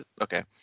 Okay